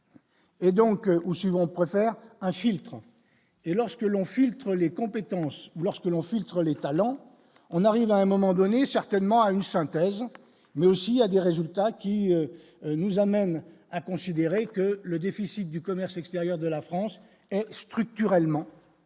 et donc aussi bon préfère infiltrant et lorsque l'on filtre les compétences lorsque l'on filtre les talents, on arrive à un moment donné certainement à une synthèse mais aussi à des résultats qui nous amène à considérer que le déficit du commerce extérieur de la France structurellement à